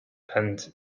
and